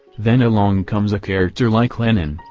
then along comes a character like lenin,